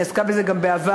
היא עסקה בזה גם בעבר,